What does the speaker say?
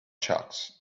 sharks